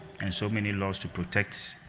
and so many laws to protect